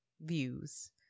views